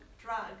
drug